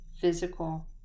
physical